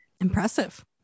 Impressive